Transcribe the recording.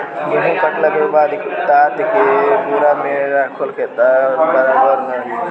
गेंहू कटला के बाद तात के बोरा मे राखल केतना कारगर रही?